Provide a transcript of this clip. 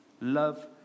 Love